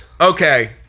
okay